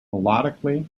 melodically